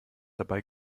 dabei